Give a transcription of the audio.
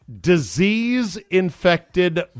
disease-infected